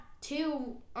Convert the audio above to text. two